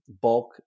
bulk